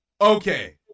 okay